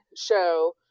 show